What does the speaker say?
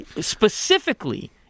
specifically